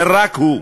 ורק הוא,